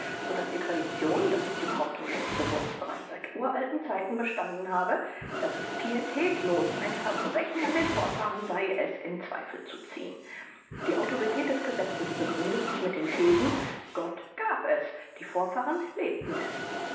sodann die tradition das ist die behauptung daß das gesetz bereits seit uralten zeiten bestanden habe daß es pietätlos ein verbrechen an den vorfahren sei es in zweifel zu ziehn die autorität des gesetzes begründet sich mit den thesen gott gab es die vorfahren lebten es